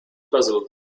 puzzled